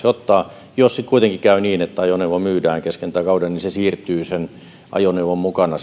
ottaa jos sitten kuitenkin käy niin että ajoneuvo myydään kesken tämän kauden niin se maksettu maksu siirtyy sen ajoneuvon mukana